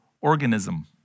organism